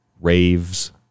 raves